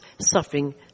suffering